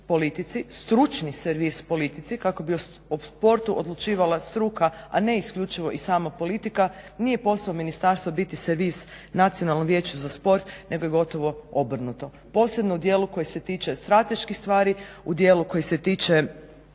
politici, stručni servis politici kako bi o sportu odlučivala struka, a ne isključivo i samo politika. Nije posao biti servis Nacionalnom vijeću za sport nego je gotovo obrnuto, posebno u dijelu koji se tiče strateških stvari u dijelu koji se tiče